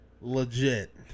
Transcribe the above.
legit